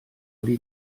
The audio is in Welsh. wedi